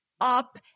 up